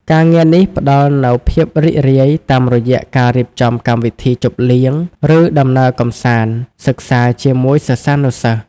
ការងារនេះផ្តល់នូវភាពរីករាយតាមរយៈការរៀបចំកម្មវិធីជប់លៀង ឬដំណើរកម្សាន្តសិក្សាជាមួយសិស្សានុសិស្ស។